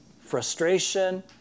frustration